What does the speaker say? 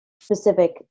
specific